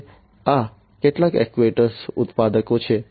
આ કેટલાક એક્ટ્યુએટર ઉત્પાદકો છે